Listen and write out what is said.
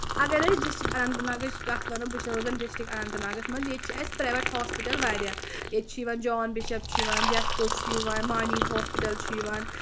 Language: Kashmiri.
اَگر أسۍ ڈسٹرک اننت ناگٕچ کتھ وَنو بہٕ چھَس روزان ڈسٹرک اننت ناگَس منٛز ییٚتہِ چھِ اَسہِ پریویٹ ہاسپِٹل واریاہ ییٚتہِ چھُ یوان جان بِشب چھُ یِوان باسکو چھُ یِوان وانِز ہاسپِٹل چھُ یِوان